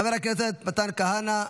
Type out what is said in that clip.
חבר הכנסת מתן כהנא,